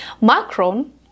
Macron